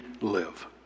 live